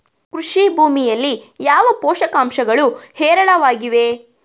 ಕೃಷಿ ಭೂಮಿಯಲ್ಲಿ ಯಾವ ಪೋಷಕಾಂಶಗಳು ಹೇರಳವಾಗಿವೆ?